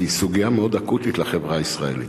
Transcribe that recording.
כי היא סוגיה מאוד אקוטית לחברה הישראלית.